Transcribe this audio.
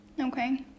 Okay